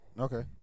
Okay